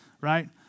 right